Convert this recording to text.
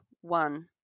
one